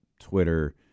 Twitter